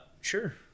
Sure